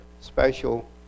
special